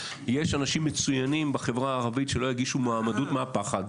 יש אנשים מצוינים בחברה הערבית שלא יגישו מועמדות מהפחד.